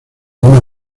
una